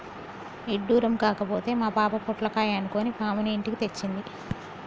ఇడ్డురం కాకపోతే మా పాప పొట్లకాయ అనుకొని పాముని ఇంటికి తెచ్చింది